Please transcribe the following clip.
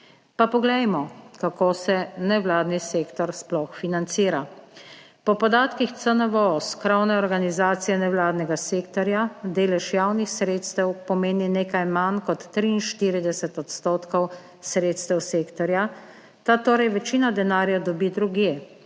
Pa poglejmo, kako se nevladni sektor sploh financira. Po podatkih CNVO (krovne organizacije nevladnega sektorja) delež javnih sredstev pomeni nekaj manj kot 43 % sredstev sektorja. Ta torej večino denarja dobi drugje: